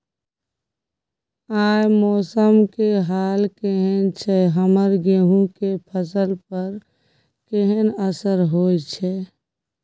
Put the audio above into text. आय मौसम के हाल केहन छै हमर गेहूं के फसल पर केहन असर होय छै?